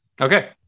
okay